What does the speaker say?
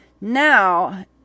Now